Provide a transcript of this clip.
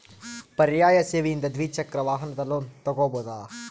ಪರ್ಯಾಯ ಸೇವೆಯಿಂದ ದ್ವಿಚಕ್ರ ವಾಹನದ ಲೋನ್ ತಗೋಬಹುದಾ?